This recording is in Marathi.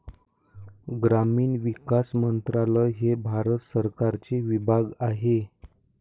ग्रामीण विकास मंत्रालय हे भारत सरकारचे विभाग आहे